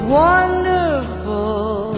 wonderful